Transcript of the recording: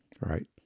right